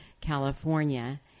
California